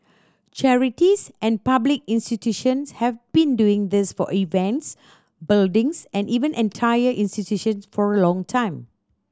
charities and public institutions have been doing this for events buildings and even entire institutions for a long time